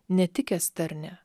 netikęs tarne